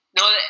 No